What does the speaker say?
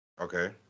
Okay